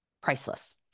priceless